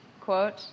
quote